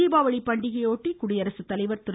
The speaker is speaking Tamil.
தீபாவளி பண்டிகையையொட்டி குடியரசு தலைவர் திரு